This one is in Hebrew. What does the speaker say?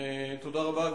תודה רבה.